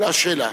זו השאלה.